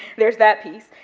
there's that piece,